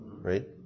right